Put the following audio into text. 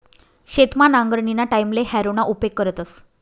शेतमा नांगरणीना टाईमले हॅरोना उपेग करतस